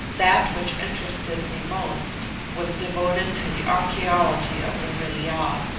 that which interested me most was devoted to the archaeology of the vril-ya,